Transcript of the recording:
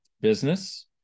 business